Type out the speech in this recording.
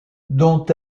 dont